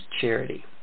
charity